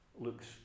looks